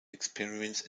experiments